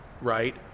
right